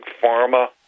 pharma